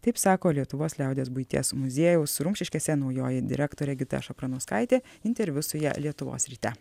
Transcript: taip sako lietuvos liaudies buities muziejaus rumšiškėse naujoji direktorė gita šapranauskaitė interviu su ja lietuvos ryte